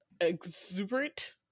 exuberant